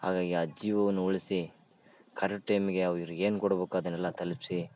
ಹಾಗಾಗಿ ಆ ಜೀವವನ್ನು ಉಳಿಸಿ ಕರೆಟ್ಟ್ ಟೈಮಿಗೆ ಅವ್ರಿಗೆ ಏನು ಕೊಡ್ಬೇಕೊ ಅದನ್ನೆಲ್ಲ ತಲುಪ್ಸಿ